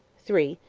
three.